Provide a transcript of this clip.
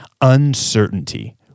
uncertainty